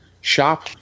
shop